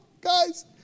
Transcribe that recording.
guys